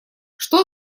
что